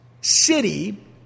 city